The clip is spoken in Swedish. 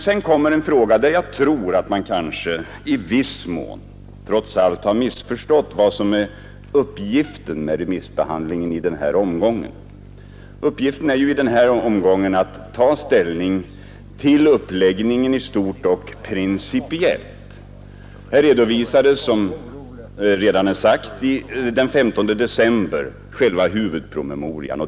Sedan beträffande uppgiften vid remissbehandlingen i den här omgången: Uppgiften är ju i den här omgången att ta ställning till uppläggningen i stort och principiellt. Som redan sagts redovisades här den 15 december själva huvudpromemorian.